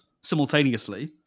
simultaneously